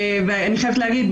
אני חייבת להגיד,